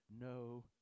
no